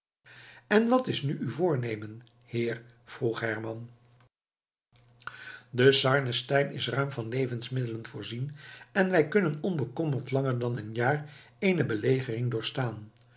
en wat is nu uw voornemen heer vroeg herman de sarnenstein is ruim van levensmiddelen voorzien en wij kunnen onbekommerd langer dan een jaar eene belegering doorstaan